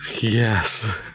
Yes